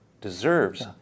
deserves